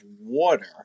water